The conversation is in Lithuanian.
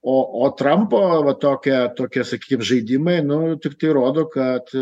o o trampo va tokia tokie sakykim žaidimai nu tiktai rodo kad